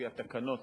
לפי התקנות,